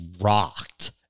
rocked